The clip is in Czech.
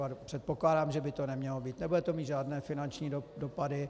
A předpokládám, že by to nemělo mít, nebude to mít žádné finanční dopady...